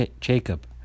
Jacob